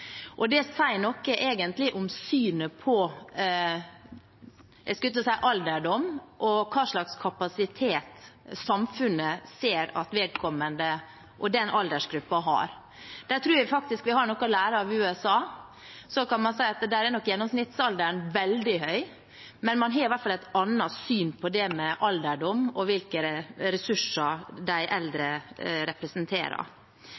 Det sier egentlig noe om synet på alderdom og hva slags kapasitet samfunnet ser at vedkommende og den aldersgruppen har. Der tror jeg faktisk vi har noe å lære av USA. Så kan man nok si at gjennomsnittsalderen der er veldig høy, men man har i hvert fall et annet syn på det med alderdom og hvilke ressurser de